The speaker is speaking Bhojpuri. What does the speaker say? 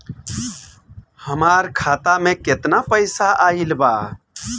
हमार खाता मे केतना पईसा आइल बा?